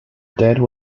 dead